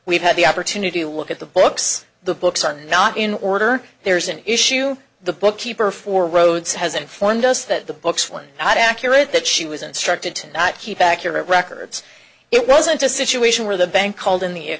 we've had the opportunity to look at the books the books are not in order there's an issue the book keeper for rhodes has informed us that the book's one not accurate that she was instructed to keep accurate records it wasn't a situation where the bank called in the